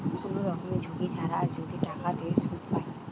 কোন রকমের ঝুঁকি ছাড়া যদি টাকাতে সুধ পায়